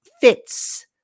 fits